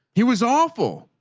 he was awful.